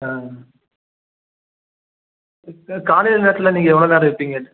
ஆ காலையில் நேரத்தில் நீங்கள் எவ்வளோவு நேரம் இருப்பீங்க